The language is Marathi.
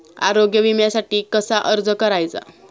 आरोग्य विम्यासाठी कसा अर्ज करायचा?